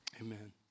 amen